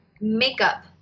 makeup